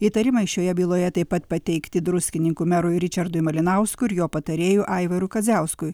įtarimai šioje byloje taip pat pateikti druskininkų merui ričardui malinauskui ir jo patarėjui aivarui kadziauskui